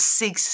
six